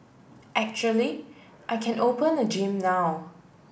actually I can open a gym now